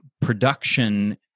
production